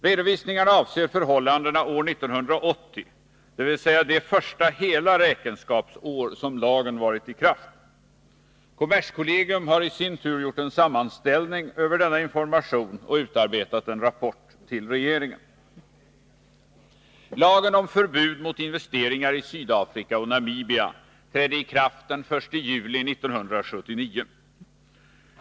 Redovisningarna avser förhållandena år 1980, dvs. det första hela räkenskapsår som lagen varit i kraft. Kommerskollegium har i sin tur gjort en sammanställning över denna information och utarbetat en rapport till regeringen. Lagen om förbud mot investeringar i Sydafrika och Namibia trädde i kraft den 1 juli 1979.